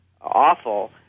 awful